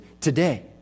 today